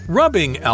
rubbing